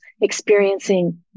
experiencing